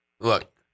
Look